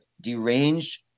deranged